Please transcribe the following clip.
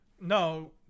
no